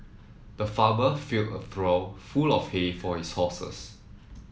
the farmer filled a trough full of hay for his horses